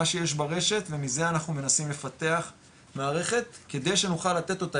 מה שיש ברשת ומזה אנחנו מנסים לפתח מערכת כדי שנוכל לתת אותה,